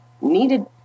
needed